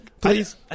Please